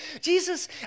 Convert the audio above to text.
Jesus